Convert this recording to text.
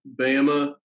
Bama